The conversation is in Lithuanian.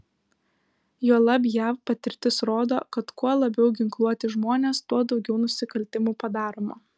juolab jav patirtis rodo kad kuo labiau ginkluoti žmonės tuo daugiau nusikaltimų padaroma